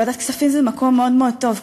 ועדת הכספים זה מקום מאוד מאוד טוב,